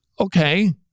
okay